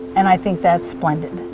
and i think that's splendid